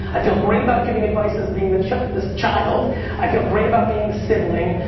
i feel great about giving advices being the child the child i feel great about being the sibling.